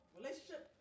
relationship